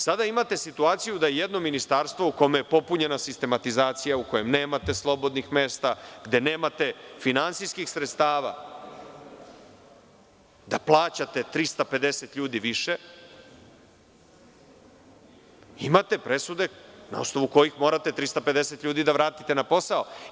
Sada imate situaciju da jedno ministarstvo u kome je popunjena sistematizacija, u kojem nemate slobodnih mesta, gde nemate finansijskih sredstava da plaćate 350 ljudi više, imate presude na osnovu kojih morate 350 ljudi da vratite na posao.